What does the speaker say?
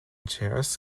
chairs